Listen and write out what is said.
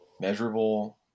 measurable